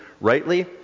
rightly